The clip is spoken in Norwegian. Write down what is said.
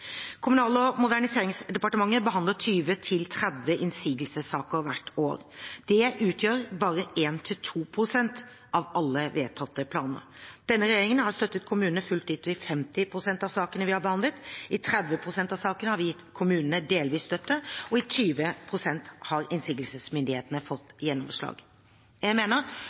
Kommunal- og moderniseringsdepartementet behandler 20–30 innsigelsessaker hvert år. Dette utgjør bare 1–2 pst. av alle vedtatte planer. Denne regjeringen har støttet kommunene fullt ut i 50 pst. av sakene vi har behandlet. I 30 pst. av sakene har vi gitt kommunene delvis støtte, og i 20 pst. har innsigelsesmyndighetene fått gjennomslag. Jeg mener